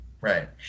Right